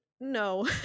no